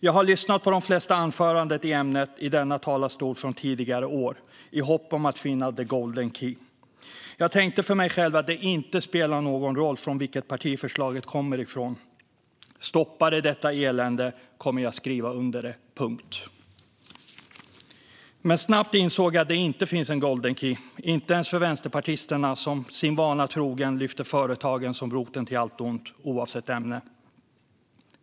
Jag har lyssnat på de flesta anföranden i ämnet från denna talarstol från tidigare år i hopp om att finna the golden key. Jag tänkte för mig själv att det inte spelar någon roll från vilket parti förslaget kommer; stoppar det detta elände kommer jag att skriva under det - punkt! Men snabbt insåg jag att det inte finns en golden key - inte ens för vänsterpartisterna, som sin vana trogna lyfter fram företagen som roten till allt ont, oavsett ämne.